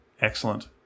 Excellent